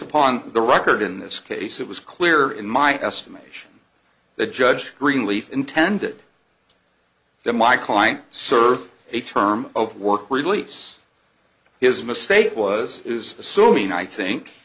upon the record in this case it was clear in my estimation that judge greenleaf intended that my client serve a term of work release his mistake was is assuming i think